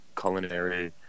culinary